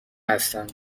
هستم